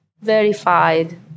verified